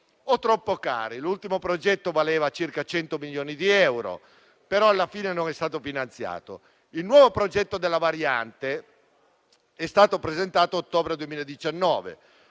troppo cari. L'ultimo progetto valeva circa cento milioni di euro, ma alla fine non è stato finanziato. Il nuovo progetto della variante è stato presentato a ottobre 2019.